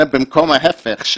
במקום ההיפך,